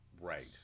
Right